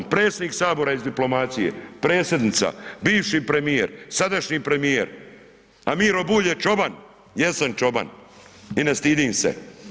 Predsjednik Sabora je iz diplomacije, Predsjednica, bivši premijer, sadašnji premijer, a Miro Bulj je čoban, jesam čoban i ne stidim se.